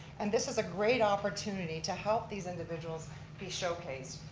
and this is a great opportunity to help these individuals be showcased.